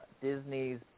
Disney's